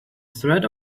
threat